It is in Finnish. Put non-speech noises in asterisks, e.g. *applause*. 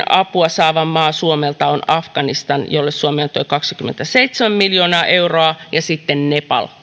*unintelligible* apua suomelta saanut maa oli afganistan jolle suomi antoi kaksikymmentäseitsemän miljoonaa euroa ja sitten nepal